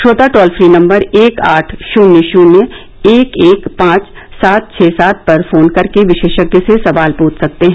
श्रोता toll free number एक आठ शून्य शून्य एक एक पांच सात छः सात पर फोन करके विशेषज्ञ से सवाल पूछ सकते हैं